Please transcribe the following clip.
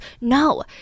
No